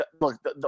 look